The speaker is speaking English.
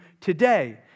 today